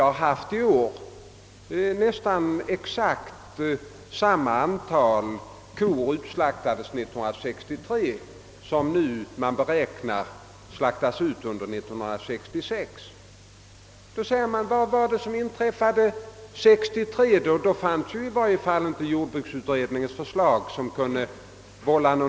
Det året utslaktades nästan exakt samma antal kor som nu beräknas komma att slaktas ut under 1966. Vad var det som inträffade 1963? Då fanns det i varje fall inte något förslag från jordbruksutredningen som kunde vålla oro.